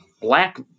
Black